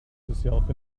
yourself